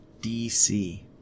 dc